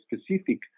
specific